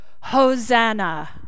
Hosanna